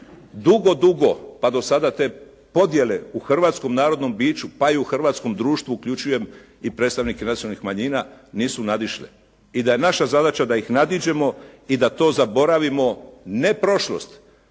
dugo, dugo, pa do sada te podjele u hrvatskom narodnom biću pa i u hrvatskom društvu, uključujem i predstavnike nacionalnih manjina nisu nadišle. I da je naša zadaća da ih nadiđemo i da to zaboravimo, ne prošlost,